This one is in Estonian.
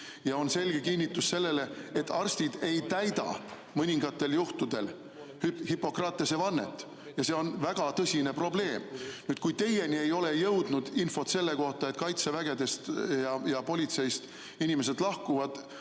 see on selge kinnitus sellele, et arstid ei täida mõningatel juhtudel Hippokratese vannet, ja see on väga tõsine probleem. Kui teieni ei ole jõudnud infot selle kohta, et Kaitseväest ja politseist inimesed lahkuvad